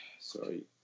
sorry